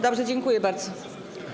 Dobrze, dziękuję bardzo.